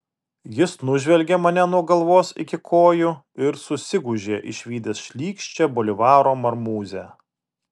jis nužvelgė mane nuo galvos iki kojų ir susigūžė išvydęs šlykščią bolivaro marmūzę